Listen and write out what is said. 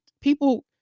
people